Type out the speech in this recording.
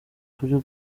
kuru